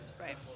right